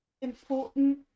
important